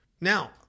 now